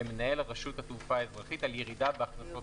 למנהל רשות התעופה האזרחית על ירידה בהכנסות